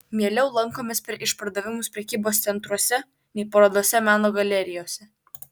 mieliau lankomės per išpardavimus prekybos centruose nei parodose meno galerijose